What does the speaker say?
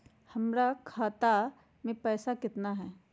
हमर खाता मे पैसा केतना है?